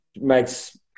makes